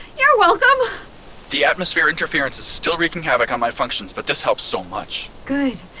you're welcome the atmosphere interference is still wreaking havoc on my functions, but this helps so much good,